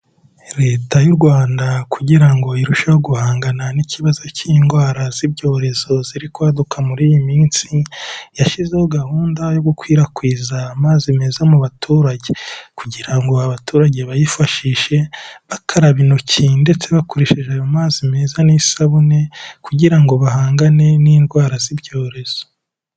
Leta y'u Rwanda kugira ngo irusheho guhangana n'ikibazo cy'indwara z'ibyorezo ziri kwaduka muri iyi minsi, yashyizeho gahunda yo gukwirakwiza amazi meza mu baturage kugira ngo abaturage bayifashishe bakaraba intoki ndetse bakoresheje ayo mazi meza n'isabune kugira ngo bahangane n'indwara z'ibyorezo.